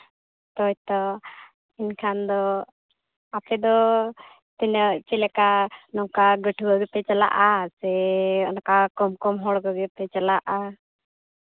ᱦᱳᱭ ᱛᱳ ᱢᱮᱱᱠᱷᱟᱱ ᱫᱚ ᱟᱯᱮ ᱫᱚ ᱛᱤᱱᱟᱹᱜ ᱪᱮᱫ ᱞᱮᱠᱟ ᱱᱚᱝᱠᱟ ᱜᱟᱹᱴᱷᱩᱣᱟᱹ ᱜᱮᱯᱮ ᱪᱟᱞᱟᱜᱼᱟ ᱥᱮ ᱚᱱᱠᱟ ᱠᱚᱢ ᱠᱚᱢ ᱦᱚᱲ ᱠᱚᱜᱮ ᱯᱮ ᱪᱟᱞᱟᱜᱼᱟ